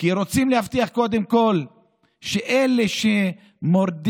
רוצים להבטיח קודם כול שאלה שמורדים,